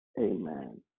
Amen